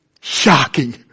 Shocking